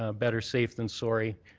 ah better safe than sorry.